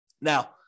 Now